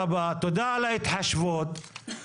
שבאה להסתכל על האוכלוסייה כגורם זר בתוך המדינה או המדינה עוינת